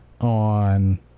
on